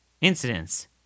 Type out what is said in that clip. incidents